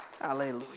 Hallelujah